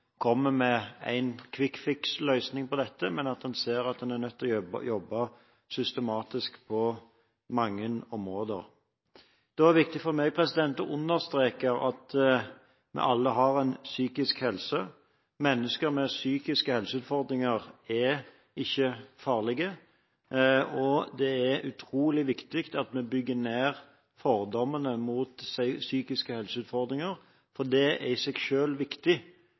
kommer med en «quick fix»-løsning på dette, men at en ser at en er nødt til å jobbe systematisk på mange områder. Det er viktig for meg å understreke at vi alle har en psykisk helse. Mennesker med psykiske helseutfordringer er ikke farlige. Det er utrolig viktig at vi bygger ned fordommene mot psykiske helseutfordringer, for det er i seg selv viktig